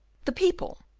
the people,